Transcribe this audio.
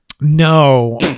No